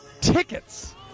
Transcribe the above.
tickets